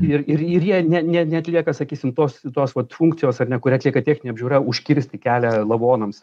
ir ir ir jie ne ne neatlieka sakysim tos tos vat funkcijos ar ne kurią atlieka techninė apžiūra užkirsti kelią lavonams